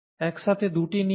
একসাথে দুটি নিয়েছি